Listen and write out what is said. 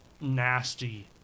nasty